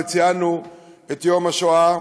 וציינו את יום השואה,